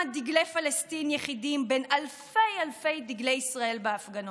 דגלי פלסטין יחידים בין אלפי אלפי דגלי ישראל בהפגנות,